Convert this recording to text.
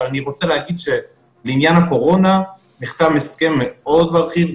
אבל אני רוצה להגיד שלעניין הקורונה נחתם הסכם מאוד מרחיב,